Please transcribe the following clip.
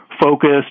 focused